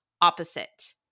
opposite